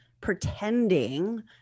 pretending